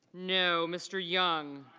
no. mr. young